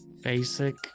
Basic